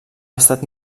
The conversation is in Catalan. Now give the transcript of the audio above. estat